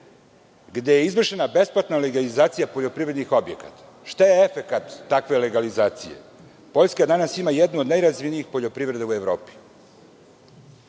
gde je izvršena besplatna legalizacija poljoprivrednih objekata. Šta je efekat takve legalizacije? Poljska danas ima jednu od najrazvijenijih poljoprivreda u Evropi.